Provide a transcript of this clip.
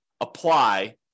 apply